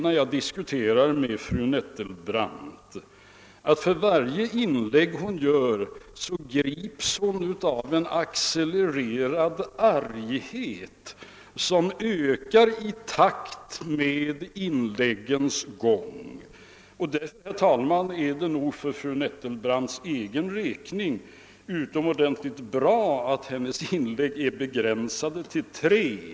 När jag diskuterar med fru Nettelbrandt har jag lagt märke till att hon grips av en arghet som accelererar i takt med inläggen. Därför, herr talman, är det nog för fru Nettelbrandt själv utomordentligt bra att hennes inlägg begränsas till tre.